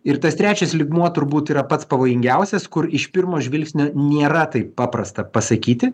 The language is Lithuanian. ir tas trečias lygmuo turbūt yra pats pavojingiausias kur iš pirmo žvilgsnio nėra taip paprasta pasakyti